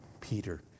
Peter